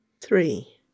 Three